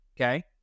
okay